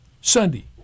Sunday